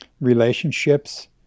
relationships